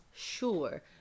Sure